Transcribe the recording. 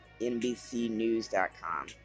NBCNews.com